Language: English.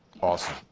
Awesome